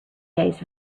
days